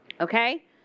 Okay